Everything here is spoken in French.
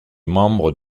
membre